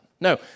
No